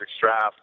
draft